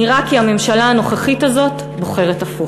נראה כי הממשלה הנוכחית הזאת בוחרת הפוך.